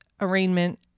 arraignment